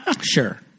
Sure